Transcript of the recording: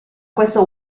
questo